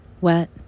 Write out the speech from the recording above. Wet